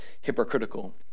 hypocritical